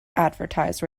advertise